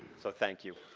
so thank you.